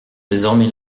désormais